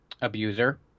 Abuser